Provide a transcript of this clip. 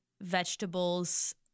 vegetables